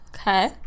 Okay